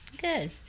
Good